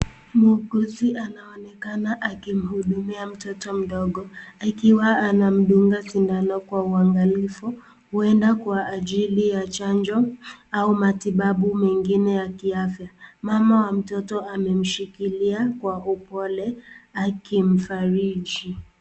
Muuguzi anaonekana akimhudumia mtoto mdogo. Akiwa anamdunga sindano kwa uangalifu, huenda kwa ajili ya chanjo au matibabu mengine ya kiafya. Mama wa mtoto amemshikilia kwa upole akimfariji.